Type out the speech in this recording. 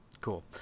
Cool